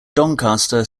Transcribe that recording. doncaster